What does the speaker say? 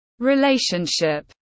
relationship